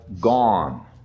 gone